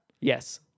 Yes